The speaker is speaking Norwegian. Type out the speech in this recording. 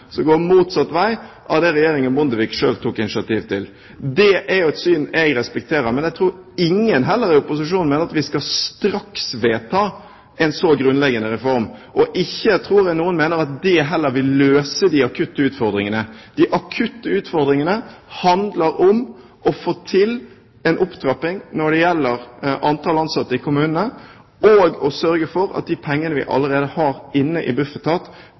går i motsatt retning av det regjeringen Bondevik tok initiativ til. Det er et syn jeg respekterer, men jeg tror ingen i opposisjonen mener at vi skal straksvedta en så grunnleggende reform, og jeg tror heller ingen mener at det vil løse de akutte utfordringene. De akutte utfordringene handler om å få til en opptrapping når det gjelder antall ansatte i kommunene, og å sørge for at de pengene vi allerede har inne i Bufetat,